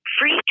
free